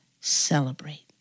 Celebrate